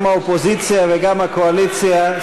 גם האופוזיציה וגם הקואליציה,